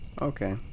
Okay